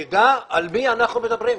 שנדע על מי אנחנו מדברים.